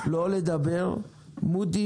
מודי